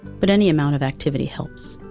but any amount of activity helps.